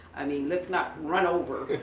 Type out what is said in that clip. i mean, let's not run over.